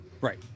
Right